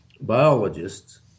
biologists